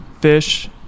fish